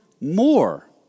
more